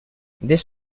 this